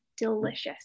delicious